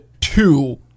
two